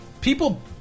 People